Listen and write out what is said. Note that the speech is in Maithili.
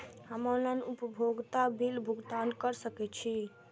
हम ऑनलाइन उपभोगता बिल भुगतान कर सकैछी?